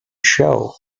show